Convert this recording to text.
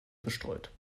bestreut